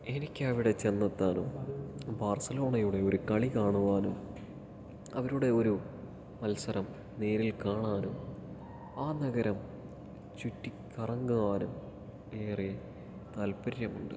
എനിക്കവിടെ ചെന്നെത്താനും ബാർസലോണയുടെ ഒരു കളി കാണുവാനും അവരുടെ ഒരു മത്സരം നേരിൽ കാണാനും ആ നഗരം ചുറ്റി കറങ്ങാനും ഏറെ താൽപര്യമുണ്ട്